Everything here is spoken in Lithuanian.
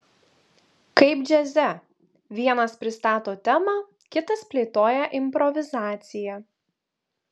kaip džiaze vienas pristato temą kitas plėtoja improvizaciją